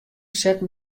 setten